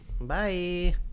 Bye